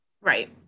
right